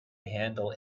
handle